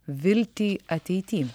viltį ateity